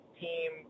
team